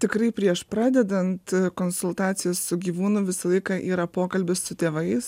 tikrai prieš pradedant konsultacijas su gyvūnu visą laiką yra pokalbis su tėvais